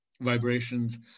vibrations